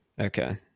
Okay